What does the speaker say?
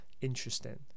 interesting